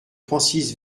francis